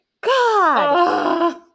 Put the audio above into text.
God